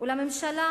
ולממשלה